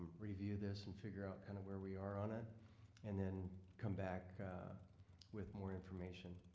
review this and figure out kind of where we are on it and then come back with more information.